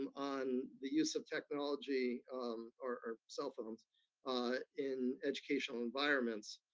um on the use of technology or cell phones in educational environments.